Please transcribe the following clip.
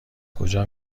کجا